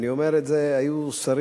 ואני אומר את זה, היו שרים